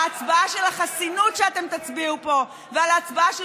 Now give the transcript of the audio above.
ההצבעה של החסינות שאתם תצביעו פה וההצבעה של